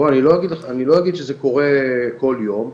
אני לא אגיד שזה קורה כל יום,